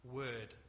word